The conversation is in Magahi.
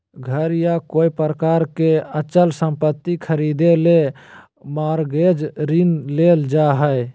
घर या कोय प्रकार के अचल संपत्ति खरीदे ले मॉरगेज ऋण लेल जा हय